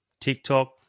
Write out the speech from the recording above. TikTok